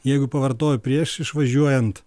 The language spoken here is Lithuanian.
jeigu pavartojo prieš išvažiuojant